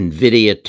Nvidia